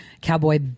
Cowboy